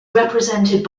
represented